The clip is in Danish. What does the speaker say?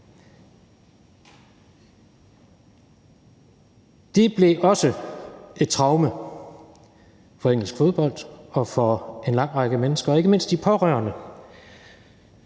Det blev også et traume for engelsk fodbold og for en lang række mennesker og ikke mindst for de pårørende,